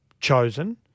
chosen